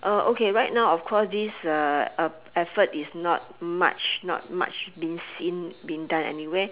oh okay right now of course this uh uh effort is not much not much been seen been done anywhere